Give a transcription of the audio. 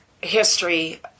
history